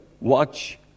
watch